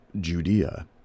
Judea